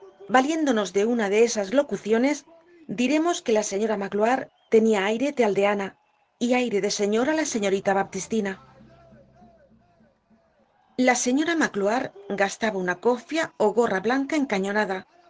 valiéndonos de una de esas locuciones diremos que la señora magloire tenia aire de aldeana y aire de señora la señorita baptistina la señora magloire gastaba una cofia ó gorra blanca encañonada